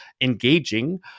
engaging